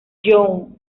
young